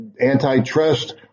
antitrust